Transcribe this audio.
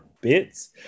bits